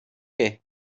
què